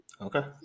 Okay